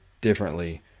differently